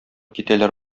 китәләр